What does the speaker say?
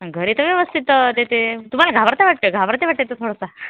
घरी तर व्यवस्थित देते तुम्हाला घाबरता वाटतं घाबरते वाटतं तो थोडासा